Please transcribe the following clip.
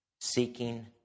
seeking